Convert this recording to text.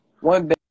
One